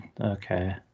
okay